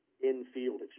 in-field